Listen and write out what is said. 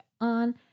on